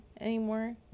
anymore